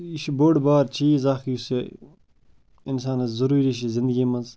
یہِ چھُ بوٚڑ بارٕ چیٖز اَکھ یُس یہِ اِنسانَس ضٔروٗری چھِ زنٛدگی منٛز